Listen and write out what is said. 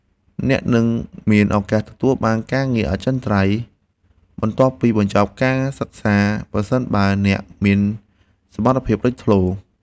អ្នកនឹងមានឱកាសទទួលបានការងារអចិន្ត្រៃយ៍បន្ទាប់ពីបញ្ចប់ការសិក្សាប្រសិនបើអ្នកមានសមត្ថភាពលេចធ្លោ។